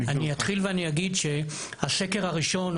אני אתחיל ואגיד שהשקר הראשון,